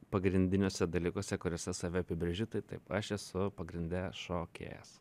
pagrindiniuose dalykuose kuriuose save apibrėžiu tai taip aš esu pagrinde šokėjas